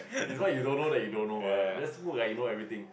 is what you don't know that you don't know brother just put you know everything